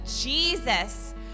Jesus